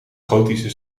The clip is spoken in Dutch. gotische